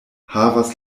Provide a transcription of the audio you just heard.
havas